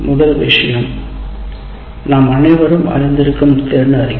முதல் விஷயம் நாம் அனைவரும் அறிந்திருக்கும் திறன் அறிக்கை